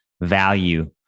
value